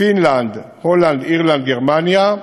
פינלנד, הולנד, אירלנד, גרמניה,